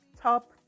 top